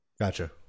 Gotcha